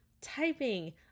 typing